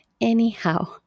Anyhow